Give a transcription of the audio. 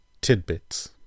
tidbits